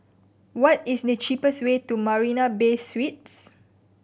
what is the cheapest way to Marina Bay Suites